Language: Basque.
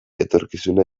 etorkizuna